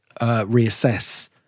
reassess